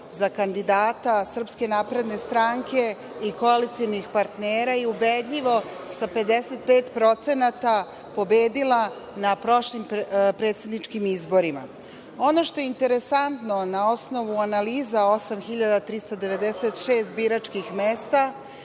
za kandidata SNS i koalicionih partnera i ubedljivo sa 55% pobedila na prošlim predsedničkim izborima. Ono što je interesantno, na osnovu analiza 8.396 biračkih mesta,